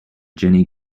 jenny